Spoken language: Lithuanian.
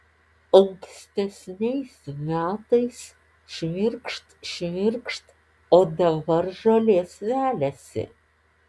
ankstesniais metais šmirkšt šmirkšt o dabar žolės veliasi